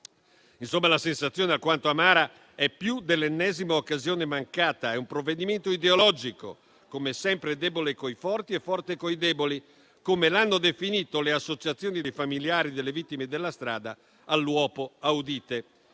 Insomma, la sensazione alquanto amara è più dell'ennesima occasione mancata: è un provvedimento ideologico, come sempre debole con i forti e forte coi deboli, come l'hanno definito le associazioni dei familiari delle vittime della strada all'uopo audite.